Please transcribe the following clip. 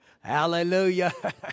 Hallelujah